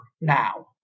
now